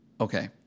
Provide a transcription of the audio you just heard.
okay